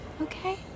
okay